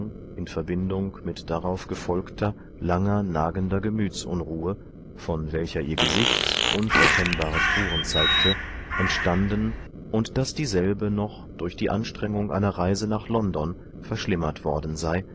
in verbindung mit darauf gefolgter langer nagender gemütsunruhe von welcher ihr gesicht unverkennbare spuren zeigte entstanden und daß dieselbe noch durch die anstrengung einer reise nach londn verschlimmert worden sei